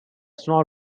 that’s